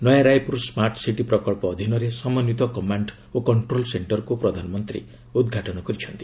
ନୟା Raipur smart city ପ୍ରକଳ୍ପ ଅଧୀନରେ ସମନ୍ୱିତ କମାଣ୍ଡ୍ ଓ କଣ୍ଟ୍ରୋଲ୍ ସେକ୍ଷର୍କୁ ପ୍ରଧାନମନ୍ତ୍ରୀ ଉଦ୍ଘାଯନ କରିଛନ୍ତି